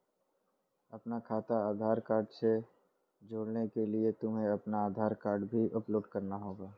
अपना खाता आधार कार्ड से जोड़ने के लिए तुम्हें अपना आधार कार्ड भी अपलोड करना होगा